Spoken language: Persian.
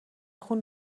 خون